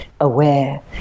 aware